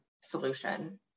solution